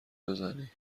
بزنی